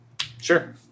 Sure